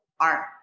art